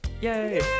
Yay